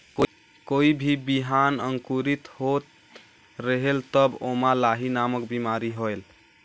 कोई भी बिहान अंकुरित होत रेहेल तब ओमा लाही नामक बिमारी होयल?